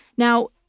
now,